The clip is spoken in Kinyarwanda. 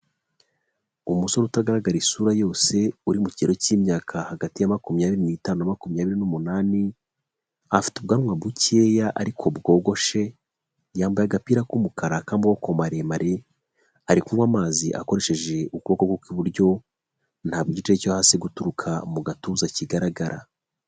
Umusore utagaragara isura yose uri mu kiro cy'imyaka hagati ya makumyabiri n'itanu na makumyabiri n'umunani, afite ubwanwa bukeya ariko bwogoshe, yambaye agapira k'umukara k'amaboko maremare, ari kunywa amazi akoresheje ukuboko kw'iburyo, ntabwo gice cyo hasi guturuka mu gatuza kigaragara.